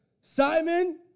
Simon